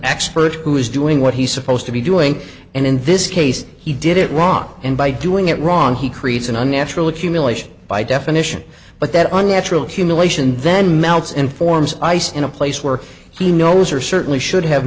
expert who is doing what he's supposed to be doing and in this case he did it wrong and by doing it wrong he creates an unnatural accumulation by definition but that unnatural accumulation then melts informs ice in a place where he knows or certainly should have